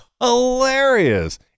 hilarious